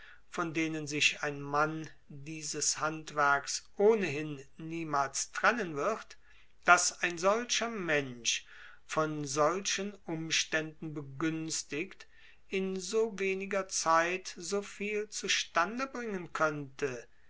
von denen sich ein mann dieses handwerks ohnehin niemals trennen wird daß ein solcher mensch von solchen umständen begünstigt in so weniger zeit so viel zustande bringen könnte